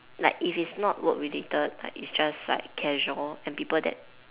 like if it's not work related like it's just like casual and people that